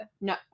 No